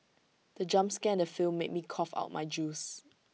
the jump scare in the film made me cough out my juice